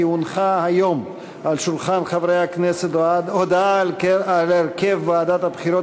הונחה היום על שולחן הכנסת הודעה על הרכב ועדת הבחירות